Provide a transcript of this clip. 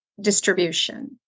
distribution